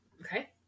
Okay